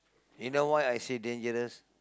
you know why I say dangerous